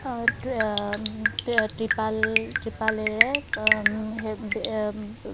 ত্ৰিপাল ট্ৰিপালেৰে